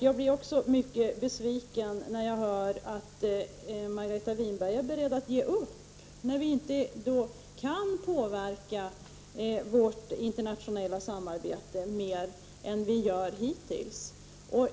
Jag blir mycket besviken när jag hör att Margareta Winberg är beredd att ge upp och säger att vi genom vårt internationella samarbete inte kan påverka mer än vi hittills har gjort.